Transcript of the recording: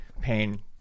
pain